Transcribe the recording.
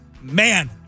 man